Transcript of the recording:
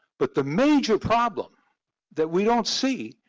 but the major problem that we don't see,